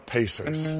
Pacers